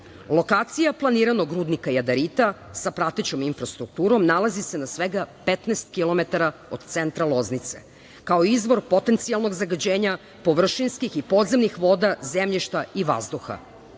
Lokacija planiranog rudnika jadarita sa pratećom infrastrukturom nalazi se na svega 15 kilometara od centra Loznice, kao izvor potencijalnog zagađenja površinskih i podzemnih voda, zemljišta i vazduha.